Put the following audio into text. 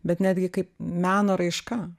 bet netgi kaip meno raiška